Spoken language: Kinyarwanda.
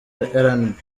rnb